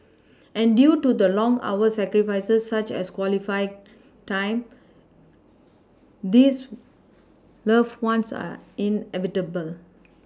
and due to the long hours sacrifices such as quality time this loved ones are inevitable